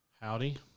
Howdy